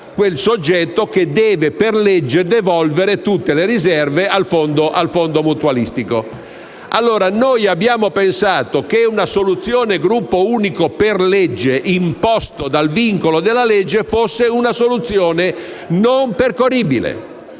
allora pensato che la soluzione del gruppo unico per legge, cioè imposto dal vincolo della legge, fosse una soluzione non percorribile.